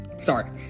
sorry